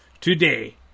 today